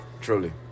Truly